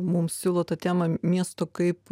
mums siūlo tą temą miesto kaip